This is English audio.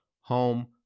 home